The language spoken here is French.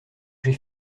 j’ai